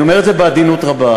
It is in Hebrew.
אני אומר את זה בעדינות רבה.